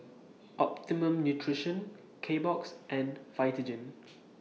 Optimum Nutrition Kbox and Vitagen